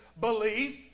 belief